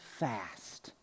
fast